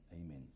amen